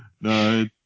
No